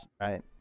right